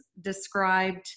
described